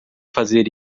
fazer